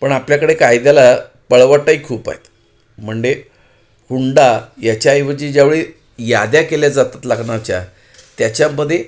पण आपल्याकडे कायद्याला पळवटाही खूप आहेत म्हंडे हुंडा याच्याऐवजी ज्यावेळी याद्या केल्या जातात लग्नाच्या त्याच्यामध्ये